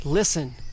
Listen